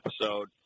episode